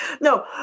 No